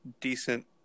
decent